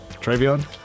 Travion